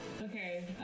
Okay